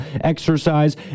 exercise